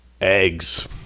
Eggs